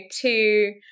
two